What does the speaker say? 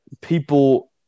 people